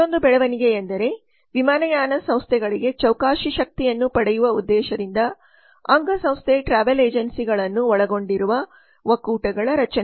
ಮತ್ತೊಂದು ಬೆಳವಣಿಗೆಯೆಂದರೆ ವಿಮಾನಯಾನ ಸಂಸ್ಥೆಗಳಿಗೆ ಚೌಕಾಶಿ ಶಕ್ತಿಯನ್ನು ಪಡೆಯುವ ಉದ್ದೇಶದಿಂದ ಅಂಗಸಂಸ್ಥೆ ಟ್ರಾವೆಲ್ ಏಜೆನ್ಸಿಗಳನ್ನು ಒಳಗೊಂಡಿರುವ ಒಕ್ಕೂಟಗಳ ರಚನೆ